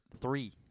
three